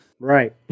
Right